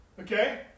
okay